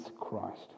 Christ